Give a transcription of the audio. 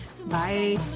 Bye